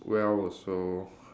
well also